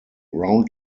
round